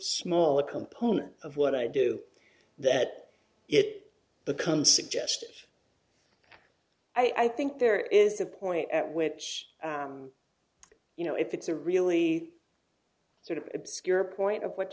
small a component of what i do that it becomes suggested i think there is a point at which you know if it's a really sort of obscure point of what